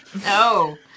No